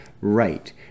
right